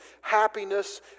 Happiness